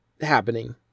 happening